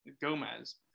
Gomez